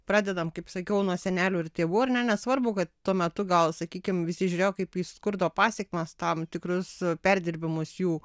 pradedam kaip sakiau nuo senelių ir tėvų ar ne nesvarbu kad tuo metu gal sakykim visi žiūrėjo kaip į skurdo pasekmes tam tikrus perdirbimus jų